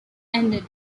ended